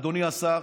אדוני השר,